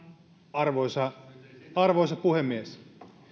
arvoisa arvoisa puhemies